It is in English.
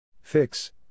Fix